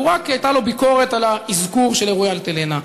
ורק הייתה לו ביקורת על האזכור של אירועי "אלטלנה".